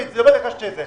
לא ביקשתי את זה,